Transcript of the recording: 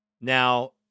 Now